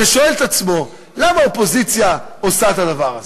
ששואל את עצמו: למה האופוזיציה עושה את הדבר הזה?